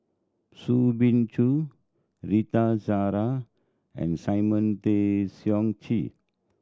Soo Bin Chua Rita Zahara and Simon Tay Seong Chee